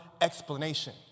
explanation